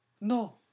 No